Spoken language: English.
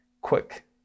quick